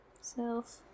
Self